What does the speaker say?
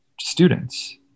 students